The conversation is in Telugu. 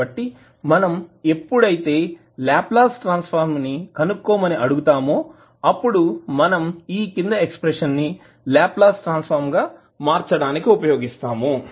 కాబట్టి మనం ఎప్పుడైతే లాప్లాస్ ట్రాన్సఫర్మ్ ని కనుక్కోమని అడుగుతామో అప్పుడు మనం ఈ క్రింద ఎక్స్ప్రెషన్ ని లాప్లాస్ ట్రాన్సఫర్మ్ గా మార్చడానికి ఉపయోగిస్తాము